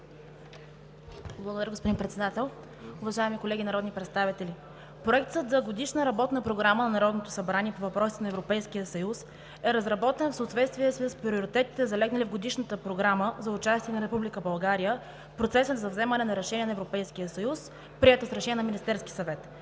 Благодаря, господин Председател. Уважаеми колеги народни представители, Проектът за Годишна работна програма на Народното събрание по въпросите на Европейския съюз е разработен в съответствие с приоритетите, залегнали в Годишната програма за участие на Република България в процеса за вземане на решения на Европейския съюз, приета с решение на Министерския съвет,